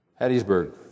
Hattiesburg